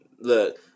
Look